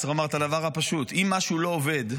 צריך לומר את הדבר הפשוט: אם משהו לא עובד,